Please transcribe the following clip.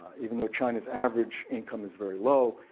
even though china's average income is very low,